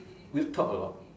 we've talked a lot